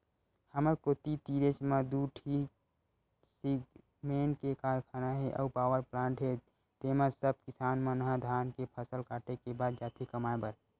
हमर कोती तीरेच म दू ठीन सिरमेंट के कारखाना हे अउ पावरप्लांट हे तेंमा सब किसान मन ह धान के फसल काटे के बाद जाथे कमाए बर